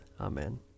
Amen